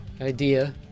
Idea